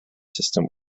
system